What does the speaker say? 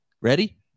Ready